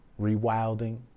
rewilding